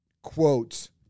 Quotes